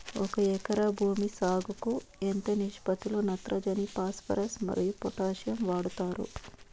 ఒక ఎకరా భూమి సాగుకు ఎంత నిష్పత్తి లో నత్రజని ఫాస్పరస్ మరియు పొటాషియం వాడుతారు